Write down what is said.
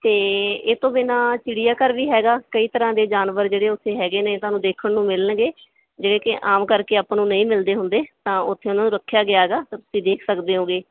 ਅਤੇ ਇਹ ਤੋਂ ਬਿਨਾਂ ਚਿੜੀਆ ਘਰ ਵੀ ਹੈਗਾ ਕਈ ਤਰ੍ਹਾਂ ਦੇ ਜਾਨਵਰ ਜਿਹੜੇ ਉੱਥੇ ਹੈਗੇ ਨੇ ਤੁਹਾਨੂੰ ਦੇਖਣ ਨੂੰ ਮਿਲਣਗੇ ਜਿਹੜੇ ਕਿ ਆਮ ਕਰਕੇ ਆਪਾਂ ਨੂੰ ਨਹੀਂ ਮਿਲਦੇ ਹੁੰਦੇ ਤਾਂ ਉੱਥੇ ਉਨ੍ਹਾਂ ਨੂੰ ਰੱਖਿਆ ਗਿਆ ਹੈਗਾ ਤਾਂ ਤੁਸੀਂ ਦੇਖ ਸਕਦੇ ਹੈਗੇ